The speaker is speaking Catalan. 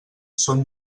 són